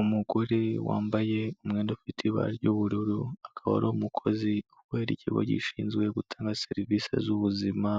Umugore wambaye umwenda ufite ibara ry'ubururu akaba ari umukozi kubera ikigo gishinzwe gutanga serivisi z'ubuzima,